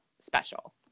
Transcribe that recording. special